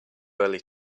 early